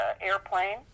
Airplane